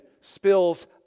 spills